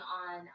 on